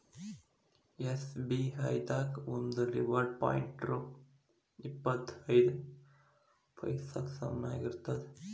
SBI ದಾಗ ಒಂದು reward point ರೊ ಇಪ್ಪತ್ ಐದ ಪೈಸಾಕ್ಕ ಸಮನಾಗಿರ್ತದ